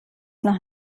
noch